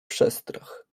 przestrach